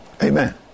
Amen